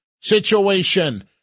situation